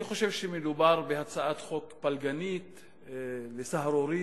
אני חושב שמדובר בהצעת חוק פלגנית וסהרורית,